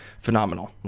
phenomenal